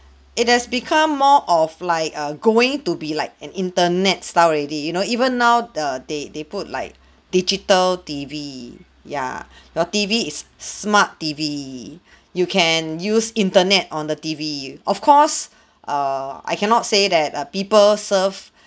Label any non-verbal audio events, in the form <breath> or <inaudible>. it has become more of like err going to be like an internet style already you know even now the they they put like <breath> digital T_V ya <breath> your T_V is smart T_V <breath> you can use internet on the T_V of course <breath> err I cannot say that err people serve